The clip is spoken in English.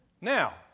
Now